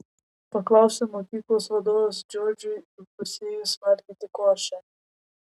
paklausė mokyklos vadovas džordžui įpusėjus valgyti košę